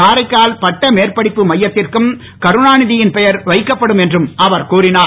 காரைக்கால் பட்ட மேற்படிப்பு மையத்திற்கும் கருணாநிதயின் பெயர் வைக்கப்படும் என்றும் அவர் கூறினார்